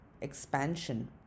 expansion